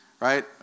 right